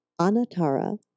Anatara